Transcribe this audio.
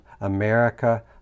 America